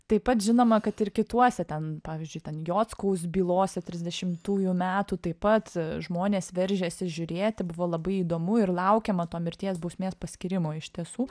taip pat žinoma kad ir kituose ten pavyzdžiui ten jockaus bylose trisdešimtųjų metų taip pat žmonės veržėsi žiūrėti buvo labai įdomu ir laukiama to mirties bausmės paskyrimo iš tiesų